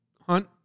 hunt